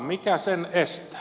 mikä sen estää